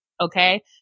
Okay